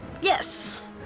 Yes